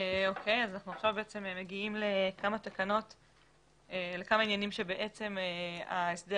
אנחנו מגיעים לכמה עניינים שההסדר